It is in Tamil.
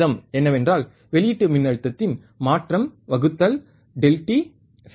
ஸ்லூ வீதம் என்னவென்றால் வெளியீட்டு மின்னழுத்தத்தின் மாற்றம் வகுத்தல் Δt சரி